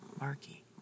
Marky